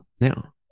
now